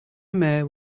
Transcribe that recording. mare